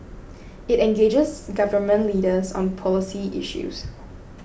it engages Government Leaders on policy issues